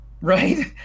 Right